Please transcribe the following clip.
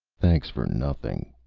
thanks for nothing,